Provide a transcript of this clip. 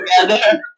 together